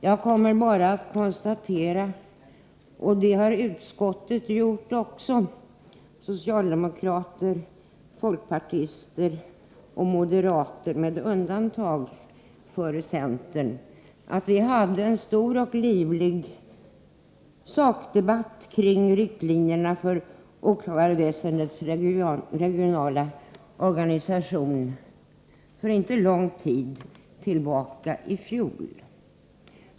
Jag skall bara konstatera — vilket socialdemokrater, folkpartister och moderater, men inte centern, i utskottet har gjort — att vi hade en stor och livlig sakdebatt kring riktlinjerna för åklagarväsendets regionala organisation för inte så länge sedan, nämligen i fjol.